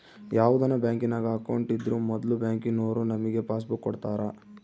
ಯಾವುದನ ಬ್ಯಾಂಕಿನಾಗ ಅಕೌಂಟ್ ಇದ್ರೂ ಮೊದ್ಲು ಬ್ಯಾಂಕಿನೋರು ನಮಿಗೆ ಪಾಸ್ಬುಕ್ ಕೊಡ್ತಾರ